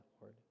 Lord